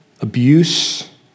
abuse